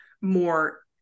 more